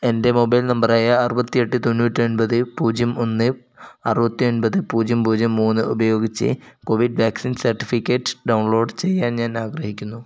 എൻ്റെ mobile number ആയ അറുപത്തി എട്ട് തൊണ്ണൂറ്റി ഒൻപത് പൂജ്യം ഒന്ന് അറുപത്തി ഒൻപത് പൂജ്യം പൂജ്യം മൂന്ന് ഉപയോഗിച്ച് കോവിഡ് വാക്സിൻ സർട്ടിഫിക്കറ്റ് ഡൗൺലോഡ് ചെയ്യാൻ ഞാൻ ആഗ്രഹിക്കുന്നു